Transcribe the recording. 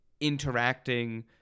interacting